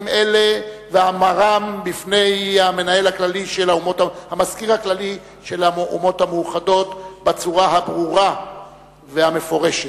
אלה ואמרם בפני המזכיר הכללי של האומות המאוחדות בצורה הברורה והמפורשת.